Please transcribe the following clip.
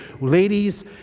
ladies